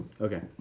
Okay